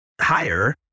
higher